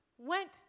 went